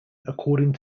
according